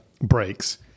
breaks